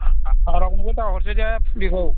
रावनोबो दाहरसैदे फुलिखौ